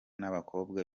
n’abakobwa